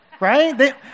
right